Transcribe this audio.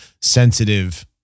sensitive